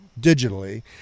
digitally